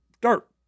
dirt